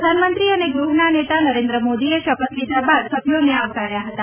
પ્રધાનમંત્રી અને ગૃહના નેતા નરેન્દ્ર મોદીને શપથ લીધા બાદ સભ્યોને આવકાર્યા હતા